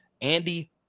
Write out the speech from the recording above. Andy